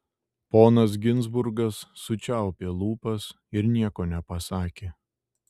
ponas ginzburgas sučiaupė lūpas ir nieko nepasakė